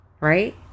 right